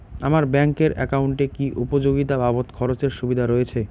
আমার ব্যাংক এর একাউন্টে কি উপযোগিতা বাবদ খরচের সুবিধা রয়েছে?